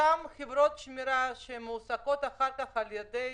אותן חברות השמירה שמועסקות אחר כך על ידי